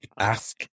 ask